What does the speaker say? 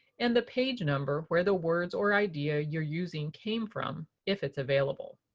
and the page number where the words or idea you're using came from if it's available.